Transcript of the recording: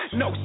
no